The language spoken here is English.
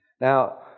Now